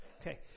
Okay